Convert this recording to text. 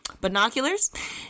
binoculars